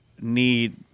need